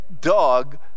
dog